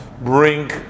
bring